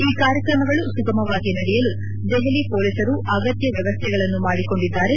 ಈ ಕಾರ್ಯಕ್ರಮಗಳು ಸುಗಮವಾಗಿ ನಡೆಯಲು ದೆಹಲಿ ಪೊಲೀಸರು ಅಗತ್ತ ವ್ಯವಸ್ಟೆಗಳನ್ನು ಮಾಡಿಕೊಂಡಿದ್ದಾರೆ